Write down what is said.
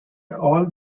all